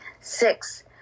six